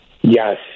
Yes